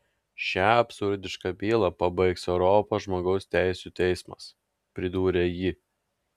šią absurdišką bylą pabaigs europos žmogaus teisių teismas pridūrė ji